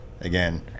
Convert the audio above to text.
again